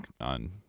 on